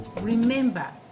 remember